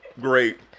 Great